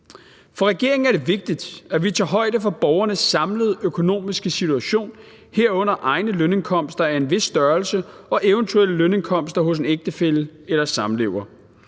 For regeringen er det vigtigt, at vi tager højde for borgernes samlede økonomiske situation, herunder egne lønindkomster af en vis størrelse og eventuelle lønindkomster hos en ægtefælle eller samlever.